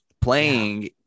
Playing